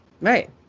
Right